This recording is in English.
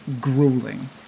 grueling